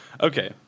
Okay